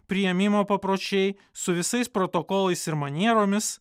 priėmimo papročiai su visais protokolais ir manieromis